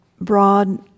broad